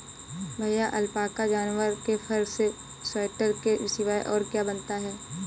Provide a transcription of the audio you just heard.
भैया अलपाका जानवर के फर से स्वेटर के सिवाय और क्या बनता है?